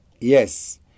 Yes